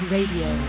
Radio